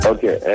Okay